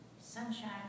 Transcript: sunshine